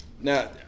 Now